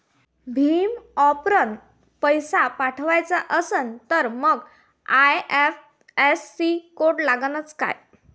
भीम ॲपनं पैसे पाठवायचा असन तर मंग आय.एफ.एस.सी कोड लागनच काय?